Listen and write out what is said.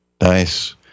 Nice